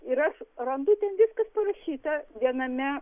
ir aš randu ten viskas parašyta viename